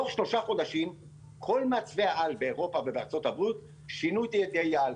תוך 3 חודשים כל מעצבי העל באירופה ובארצות הברית שינו את האידיאל,